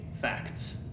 facts